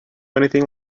anything